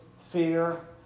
fear